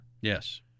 Yes